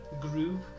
group